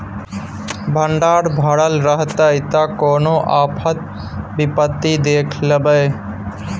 भंडार भरल रहतै त कोनो आफत विपति देख लेबै